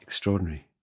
Extraordinary